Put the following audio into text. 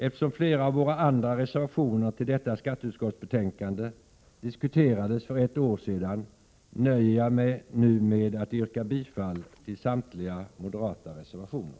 Eftersom flera av våra andra reservationer till detta skatteutskottsbetänkande diskuterades för ett år sedan, nöjer jag mig nu med att yrka bifall till samtliga moderata reservationer.